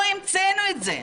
לא המצאנו את זה,